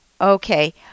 Okay